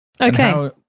Okay